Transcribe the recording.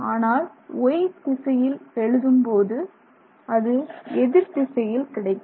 ஆனால் Y திசையில் எழுதும்போது அது எதிர் திசையில் கிடைக்கும்